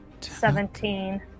Seventeen